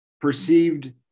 perceived